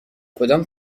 کدام